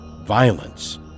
violence